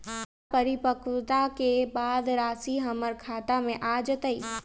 का परिपक्वता के बाद राशि हमर खाता में आ जतई?